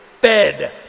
fed